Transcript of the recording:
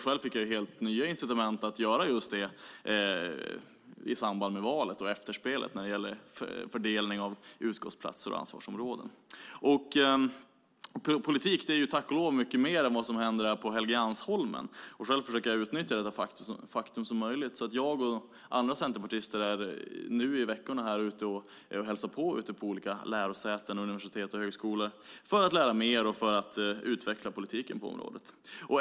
Själv fick jag helt nya incitament att göra just det i samband med valet och dess efterspel, när det gällde fördelning av utskottsplatser och ansvarsområden. Politik är, tack och lov, mycket mer än vad som händer här på Helgeandsholmen. Själv försöker jag utnyttja detta faktum så mycket som möjligt. Jag och andra centerpartister är nu i veckorna ute och hälsar på hos olika lärosäten, universitet och högskolor för att lära oss mer och för att utveckla politiken på området.